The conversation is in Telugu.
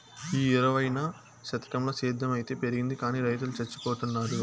ఈ ఇరవైవ శతకంల సేద్ధం అయితే పెరిగింది గానీ రైతులు చచ్చిపోతున్నారు